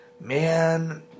man